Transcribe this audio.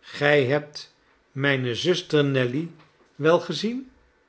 gij hebt mijne zuster nelly wel gezien